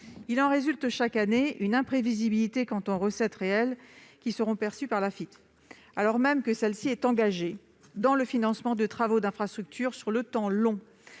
Il en résulte, chaque année, une imprévisibilité quant aux recettes réelles qui seront perçues par l'Afitf, alors même que celle-ci est engagée dans le financement de travaux d'infrastructures sur le temps long.